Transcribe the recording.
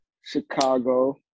Chicago